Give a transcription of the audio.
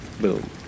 Boom